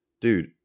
dude